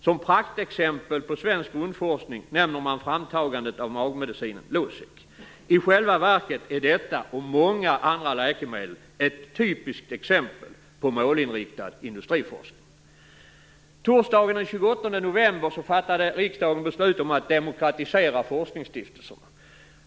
Som praktexempel på svensk grundforskning nämner de framtagandet av magmedicinen Losec. I själva verket är detta läkemedel och många andra ett typiskt exempel på målinriktad industriforskning. Torsdagen den 28 november fattade riksdagen beslut om att demokratisera forskningsstiftelserna.